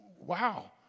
wow